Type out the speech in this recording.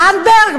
זנדברג?